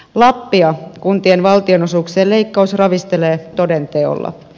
lappia kuntien valtionosuuksien leikkaus ravistelee toden teolla